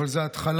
אבל זו התחלה,